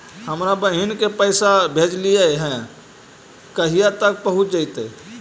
हमरा बहिन के पैसा भेजेलियै है कहिया तक पहुँच जैतै?